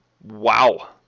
wow